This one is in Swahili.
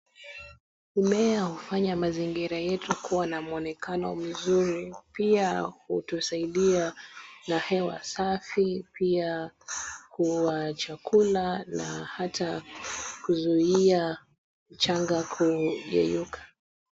Mmea hufanya mazingira yetu kuwa na muonekano mzuri pia hutusaidia na hewa safi pia kuwa chakula na hata kuzuia mchanga kuyeyuka.